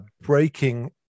breaking